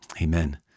amen